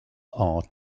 are